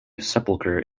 sepulchre